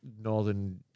northern